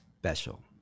special